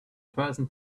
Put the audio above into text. person